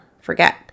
forget